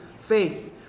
faith